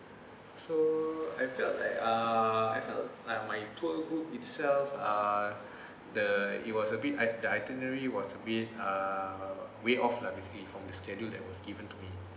so I felt that uh I felt like my tour group itself uh the it was a bit it~ the itinerary was a bit uh way off lah basically from the schedule that was given to me